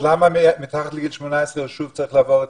אז למה מתחת לגיל 18 שוב צריך לעבור את